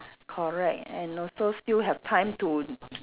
correct and also still have time to t~